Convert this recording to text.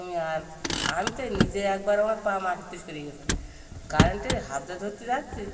তুমি আর আমি তো নিজে একবার আমার পা মাটির থেকে সরে গিয়েছে কারেন্টে হাতটা ধরতে যাচ্ছি